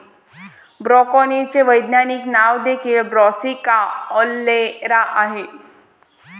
ब्रोकोलीचे वैज्ञानिक नाव देखील ब्रासिका ओलेरा आहे